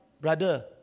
brother